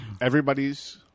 everybody's